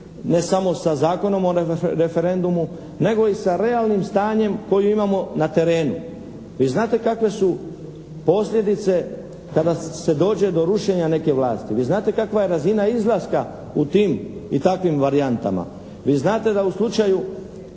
ne samo sa Zakonom o referendumu nego i sa realnim stanjem koje imamo na terenu. Vi znate kakve su posljedice kada se dođe do rušenja neke vlasti. Vi znate kakva je razina izlaska u tim i takvim varijantama. Vi znate da u slučaju